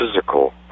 physical